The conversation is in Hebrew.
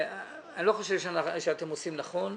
אנחנו לא רוצים שגמ"ח ייפול,